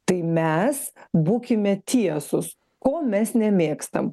tai mes būkime tiesūs ko mes nemėgstam